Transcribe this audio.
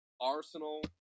Arsenal